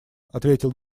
ответил